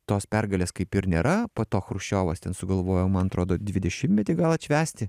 tos pergalės kaip ir nėra po to chruščiovas ten sugalvojo man atrodo dvidešimtmetį gal atšvęsti